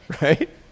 right